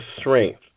strength